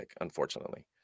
unfortunately